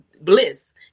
bliss